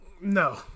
No